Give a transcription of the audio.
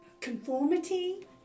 conformity